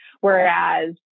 Whereas